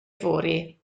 fory